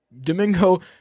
Domingo